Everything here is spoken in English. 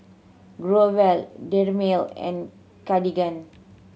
Growell Dermale and Cartigain